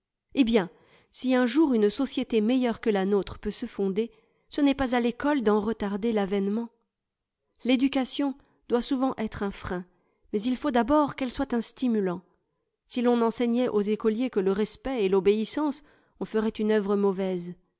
eh bien si un jour une société meilleure que la nôtre peut se fonder ce n'est pas à l'école d'en retarder l'avènement l'éducation doit souvent être un frein mais il faut d'abord qu'elle soit un stimulant si l'on nenseig nait aux écoliers que le respect et l'obéissance on ferait une œuvre mauvaise